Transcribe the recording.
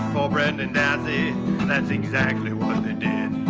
poor brendan dassey and that's exactly what they did.